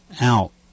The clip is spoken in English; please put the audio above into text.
out